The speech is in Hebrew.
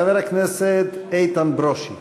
חבר הכנסת איתן ברושי.